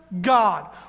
God